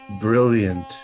brilliant